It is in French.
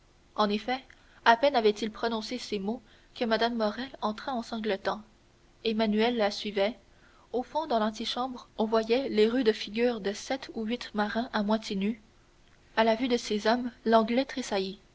en effet à peine avait-il prononcé ces mots que mme morrel entra en sanglotant emmanuel la suivait au fond dans l'antichambre on voyait les rudes figures de sept ou huit marins à moitié nus à la vue de ces hommes l'anglais